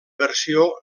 versió